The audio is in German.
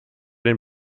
den